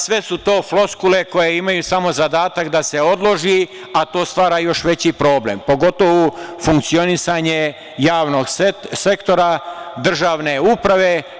Sve su to floskule koje imaju samo zadatak da se odloži, a to stvara još veći problem, pogotovo funkcionisanje javnog sektora, državne uprave.